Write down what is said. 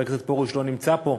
חבר הכנסת פרוש לא נמצא פה,